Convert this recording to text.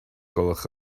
gwelwch